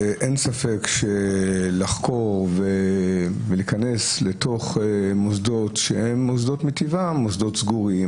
אין ספק שלחקור ולהיכנס לתוך מוסדות שהם מטבעם מוסדות סגורים,